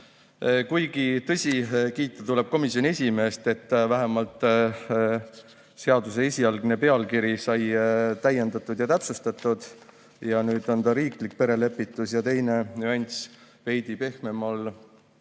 Kuigi, tõsi, kiita tuleb komisjoni esimeest, et vähemalt seaduse esialgne pealkiri sai täiendatud ja täpsustatud, nüüd on see riiklik perelepitus. Teine nüanss, veidi pehmemal